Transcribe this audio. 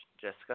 Jessica